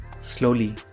slowly